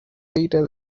detail